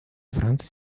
франции